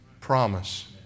promise